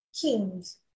kings